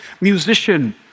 musician